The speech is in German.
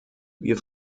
wir